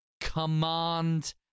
Command